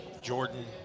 Jordan